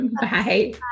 Bye